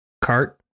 cart